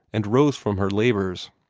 and rose from her labors.